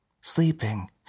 Sleeping